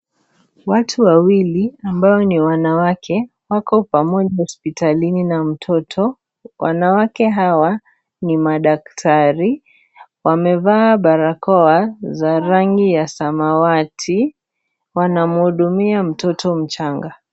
Watu wawili ambao ni wanawake wako pamoja hospitalini na mtoto , wanawake hawa ni madaktari wamevaa barakoa za rangi ya samawati wanamhudumia mtoto mchanga.